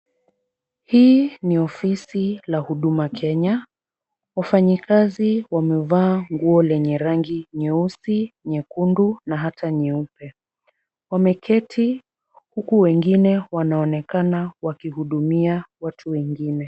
Hii ni ofisi la huduma Kenya, wafanyikazi wamevaa nguo lenye rangi nyeusi, nyekundu na hata nyeupe. Wameketi huku wengine wanaonekana wakihudumia watu wengine.